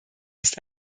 ist